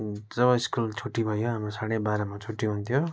जब school छुट्टी भयो हाम्रो साँढे बाह्रमा छुट्टी हुन्थ्यो